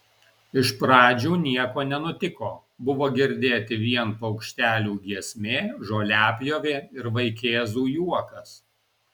iš pradžių nieko nenutiko buvo girdėti vien paukštelių giesmė žoliapjovė ir vaikėzų juokas